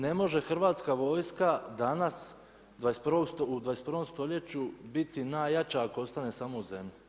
Ne može Hrvatska vojska danas u 21 stoljeću biti najjača ako ostane sama u zemlji.